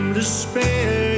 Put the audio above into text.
despair